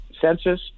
census